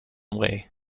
way